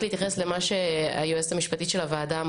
רק להתייחס למה שאמרה היועצת המשפטית של הוועדה.